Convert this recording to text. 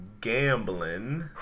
gambling